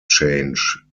change